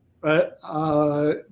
right